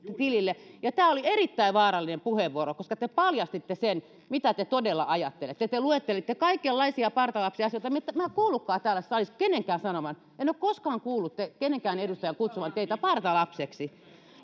tilille tämä oli erittäin vaarallinen puheenvuoro koska te paljastitte sen mitä te todella ajattelette te luettelitte kaikenlaisia partalapsiasioita mitä en ole kuullutkaan täällä salissa kenenkään sanovan en ole koskaan kuullut kenenkään edustajan kutsuvan teitä partalapseksi